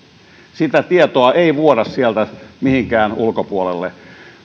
sitä tietoa ei vuoda sieltä mihinkään ulkopuolelle